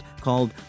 called